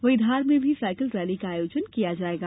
वहीं धार में भी साईकिल रैली का आयोजन किया जायेगा